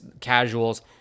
casuals